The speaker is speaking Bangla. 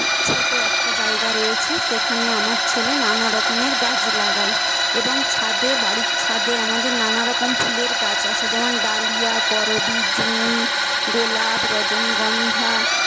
ছোটো একটা জায়গা রয়েছে সেইখানে আমার ছেলে নানারকমের গাছ লাগায় এবং ছাদে বাড়ির ছাদে আমাদের নানারকম ফুলের গাছ আছে যেমন ডালিয়া করবী জুঁই গোলাপ রজনীগন্ধা